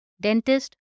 dentist